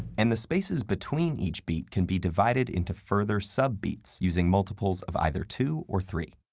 and the spaces between each beat can be divided into further sub-beats using multiples of either two or three.